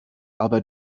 aber